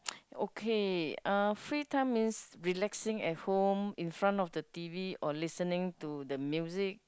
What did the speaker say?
okay uh free time means relaxing at home in front of the t_v or listening to the music